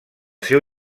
seu